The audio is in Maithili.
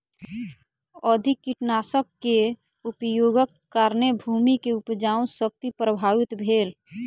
अधिक कीटनाशक के उपयोगक कारणेँ भूमि के उपजाऊ शक्ति प्रभावित भेल